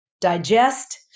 digest